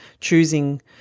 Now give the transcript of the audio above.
choosing